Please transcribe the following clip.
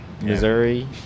Missouri